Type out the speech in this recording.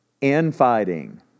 infighting